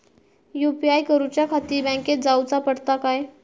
UPI करूच्याखाती बँकेत जाऊचा पडता काय?